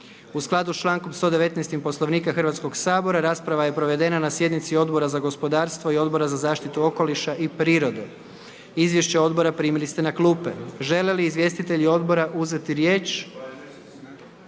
U skladu s člankom 119. Poslovnika Hrvatskog sabora rasprava je provedena na sjednici Odbora za Ustav, Poslovnik i politički sustav. Izvješće odbora primili ste na klupe. Želi li izvjestitelj odbora uzeti riječ?